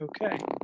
Okay